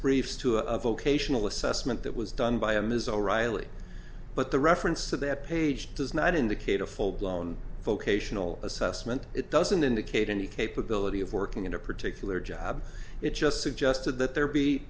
briefs to a vocational assessment that was done by him is all riley but the reference to that page does not indicate a full blown vocational assessment it doesn't indicate any capability of working in a particular job it just suggested that there